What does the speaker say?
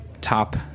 top